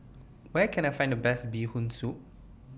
Where Can I Find The Best Bee Hoon Soup